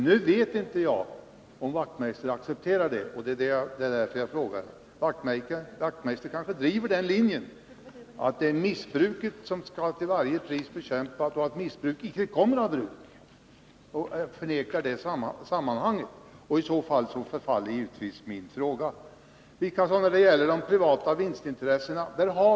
Jag vet inte om Knut Wachtmeister accepterar detta, och därför frågar jag. Knut Wachtmeister kanske driver den linjen att det är missbruket som till varje pris skall bekämpas, att missbruk icke kommer av bruk, och därmed förnekar han det sambandet. I så fall förfaller givetvis min fråga. Det är samma sak när det gäller de privata vinstintressena.